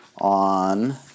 on